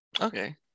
Okay